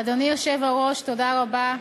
אדוני היושב-ראש, תודה רבה.